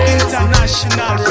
International